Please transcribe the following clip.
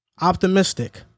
optimistic